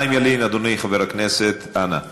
חיים ילין, אדוני חבר הכנסת, אנא,